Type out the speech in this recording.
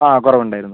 ആ കുറവ് ഉണ്ടായിരുന്നു